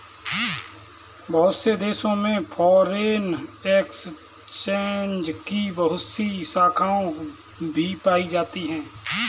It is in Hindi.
बहुत से देशों में फ़ोरेन एक्सचेंज की बहुत सी शाखायें भी पाई जाती हैं